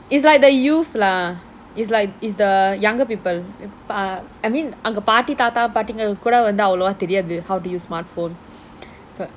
it's like the youths lah it's like it's the younger people um uh I mean அங்கே பாட்டி தாத்தா பாட்டிகளுக்கு கூட அவ்ளோவா தெரியாது:ange paatti thaattha paattingalukku kooda avalova theriyaathu how to use smartphone so